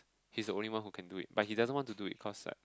he's the only one who can do it but he doesn't want to do it cause like